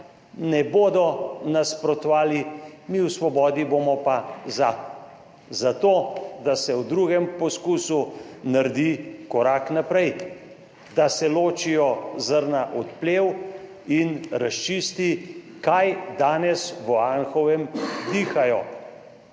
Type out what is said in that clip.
ne bodo nasprotovali. Mi v Svobodi bomo pa za, zato da se v drugem poskusu naredi korak naprej, da se ločijo zrna od plev in razčisti, kaj danes v Anhovem dihajo.